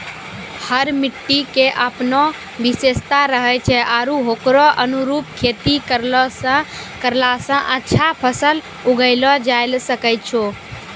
हर मिट्टी के आपनो विशेषता रहै छै आरो होकरो अनुरूप खेती करला स अच्छा फसल उगैलो जायलॅ सकै छो